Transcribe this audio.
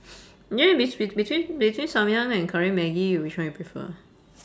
you know bet~ between between samyang and curry maggi which one you prefer